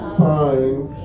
signs